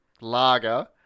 Lager